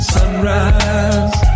Sunrise